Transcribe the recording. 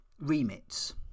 remits